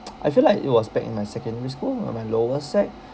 I feel like it was back in my secondary school or my lower sec